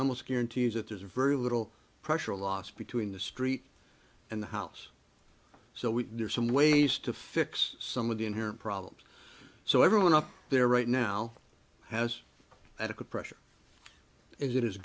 almost guarantees that there's very little pressure loss between the street and the house so we near some ways to fix some of the inherent problems so everyone up there right now has adequate pressure it i